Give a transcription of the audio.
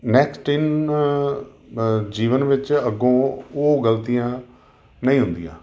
next ਇਨ ਜੀਵਨ ਵਿੱਚ ਅੱਗੋਂ ਉਹ ਉਹ ਗਲਤੀਆਂ ਨਹੀਂ ਹੁੰਦੀਆਂ